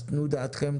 אז תנו דעתכם,